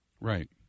Right